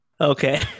Okay